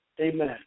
Amen